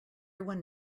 one